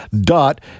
dot